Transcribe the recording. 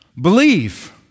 believe